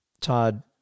Todd